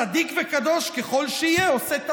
צדיק וקדוש ככל שיהיה, עושה טעויות.